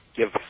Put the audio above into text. give